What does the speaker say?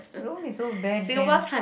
don't be so bad can